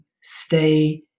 stay